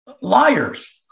liars